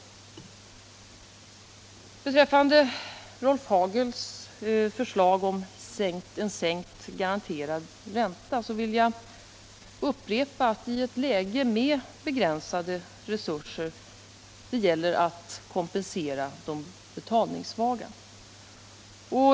Vad beträffar Rolf Hagels förslag om en sänkt garanterad ränta vill jag upprepa att det i ett läge med begränsade resurser gäller att kompensera de betalningssvaga.